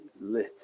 lit